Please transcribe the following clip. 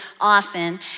often